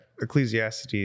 Ecclesiastes